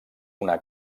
una